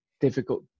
difficult